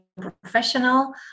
professional